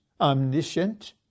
omniscient